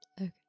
Okay